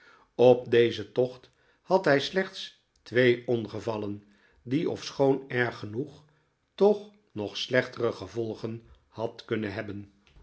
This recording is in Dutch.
op dezen tocht had hij slechts twee ongevallen die ofschoon erg genoeg toch nog slechtere gevolgen had kunnen hebben